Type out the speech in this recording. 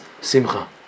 Simcha